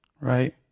Right